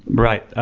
right,